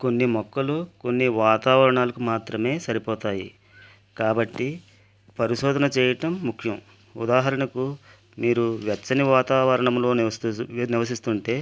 కొన్ని మొక్కలు కొన్ని వాతావరణానికి మాత్రమే సరిపోతాయి కాబట్టి పరిశోధన చేయటం ముఖ్యం ఉదాహరణకు మీరు వెచ్చని వాతావరణంలోని నివసిస్తుంటే మీరు నివసిస్తుంటే